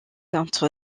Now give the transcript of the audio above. entre